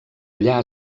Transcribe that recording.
allà